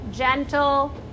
gentle